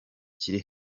kiri